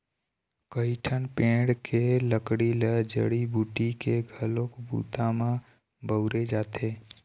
कइठन पेड़ के लकड़ी ल जड़ी बूटी के घलोक बूता म बउरे जाथे